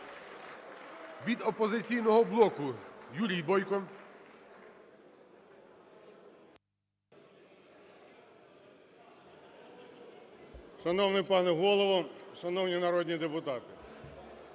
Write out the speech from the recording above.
Від "Опозиційного блоку" Юрій Бойко.